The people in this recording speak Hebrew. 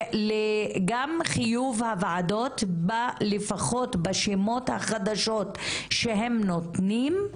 וגם חיוב הוועדות בלפחות בשמות החדשים שהם נותנים,